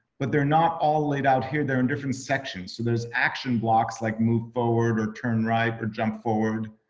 but they're not all laid out here. they're in different section. so there's action blocks like move forward or turn right or jump forward.